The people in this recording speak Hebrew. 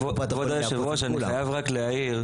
כבוד יושב הראש, אני חייב רק להעיר.